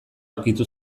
ukitu